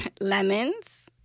lemons